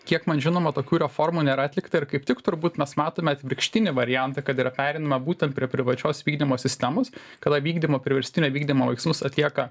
kiek man žinoma tokių reformų nėra atlikta ir kaip tik turbūt mes matome atvirkštinį variantą kad yra pereinama būtent prie privačios vykdymo sistemos kada vykdymo priverstinio vykdymo veiksmus atlieka